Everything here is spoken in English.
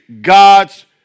God's